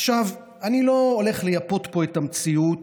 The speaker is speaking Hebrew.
אני לא הולך לייפות פה את המציאות.